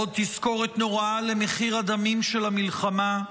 עוד תזכורת נוראה למחיר הדמים של המלחמה,